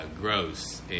gross